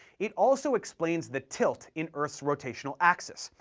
it also explains the tilt in earth's rotational axis,